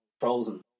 frozen